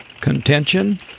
Contention